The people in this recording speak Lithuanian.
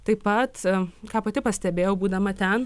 taip pat ką pati pastebėjau būdama ten